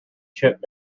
chip